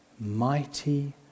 mighty